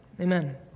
amen